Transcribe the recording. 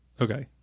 okay